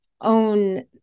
own